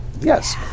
Yes